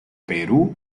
perú